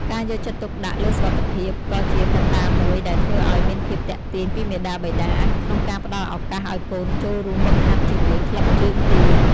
ការយកចិត្តទុកដាក់លើសុវត្ថិភាព ក៏បានជាកត្តាមួយដែលធ្វើឲ្យមានភាពទាក់ទាញពីមាតាបិតា ក្នុងការផ្តល់ឱកាសឲ្យកូនចូលរួមហ្វឹកហាត់ជាមួយក្លឹបជើងទា។